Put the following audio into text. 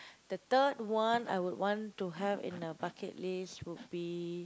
the third one I would want to have in the bucket list would be